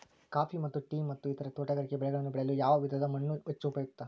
Coffee ಮತ್ತು tea ಮತ್ತು ಇತರ ತೋಟಗಾರಿಕೆ ಬೆಳೆಗಳನ್ನು ಬೆಳೆಯಲು ಯಾವ ವಿಧದ ಮಣ್ಣು ಹೆಚ್ಚು ಉಪಯುಕ್ತ?